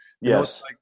Yes